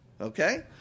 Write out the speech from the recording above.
Okay